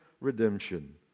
redemption